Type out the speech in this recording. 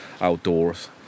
outdoors